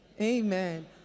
Amen